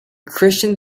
christian